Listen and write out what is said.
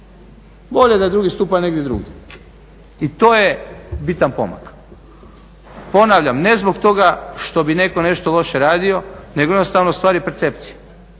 bolje da je 2.stupanj negdje drugdje i to je bitan pomak. Ponavljam, ne zbog toga što bi netko nešto loše radio nego jednostavno stvar je percepcije.